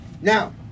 Now